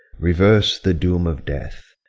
reverse the doom of death,